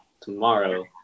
tomorrow